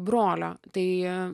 brolio tai